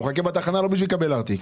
הוא מחכה בתחנה לא בשביל לקבל ארטיק.